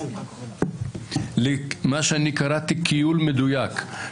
מה שקראתי לו "כיול מדויק".